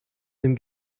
dem